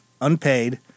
unpaid